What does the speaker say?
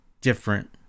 different